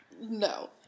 No